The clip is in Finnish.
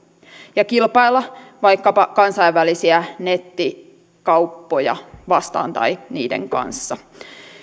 ja kilpailla vaikkapa kansainvälisiä nettikauppoja vastaan tai niiden kanssa